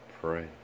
pray